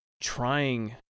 trying